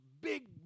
big